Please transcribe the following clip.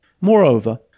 Moreover